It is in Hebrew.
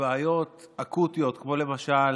בבעיות אקוטיות, כמו למשל